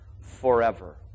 forever